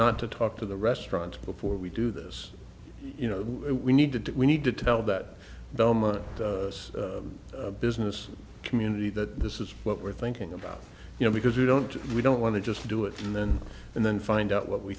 not to talk to the restaurant before we do this you know we need to do we need to tell that doma us business community that this is what we're thinking about you know because we don't we don't want to just do it and then and then find out what we